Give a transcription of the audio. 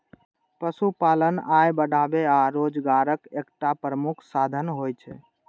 पशुपालन आय बढ़ाबै आ रोजगारक एकटा प्रमुख साधन होइ छै